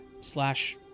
slash